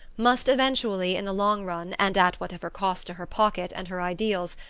must eventually, in the long run, and at whatever cost to her pocket and her ideals,